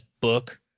book